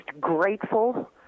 grateful